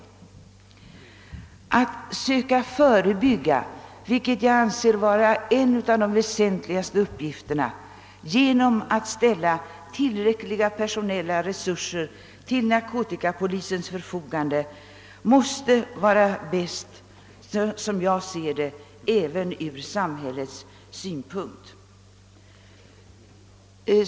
Att söka förebygga detta — och det anser jag vara en av de väsentligaste uppgifterna — genom att ställa tillräckliga personella resurser till narkotikapolisens förfogande måste enligt min mening vara det bästa även ur samhällets synpunkt.